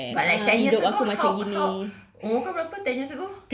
but like ten years ago how how umur kau berapa ten years ago